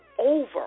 over